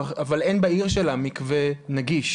אבל אין בעיר שלה מקווה נגיש.